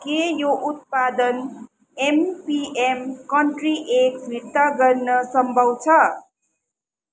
के यो उत्पादन एमपिएम कन्ट्री एग्स फिर्ता गर्न सम्भव छ